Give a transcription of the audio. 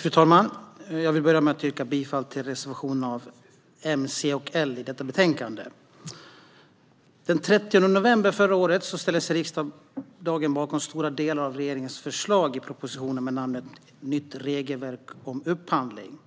Fru talman! Jag vill börja med att yrka bifall till reservationen av M, C och L i detta betänkande. Den 30 november förra året ställde sig riksdagen bakom stora delar av regeringens förslag i propositionen med namnet Nytt regelverk om upphandling .